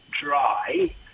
dry